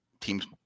teams